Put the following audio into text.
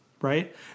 right